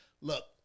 Look